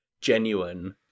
genuine